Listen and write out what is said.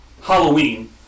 Halloween